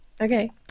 okay